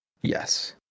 Yes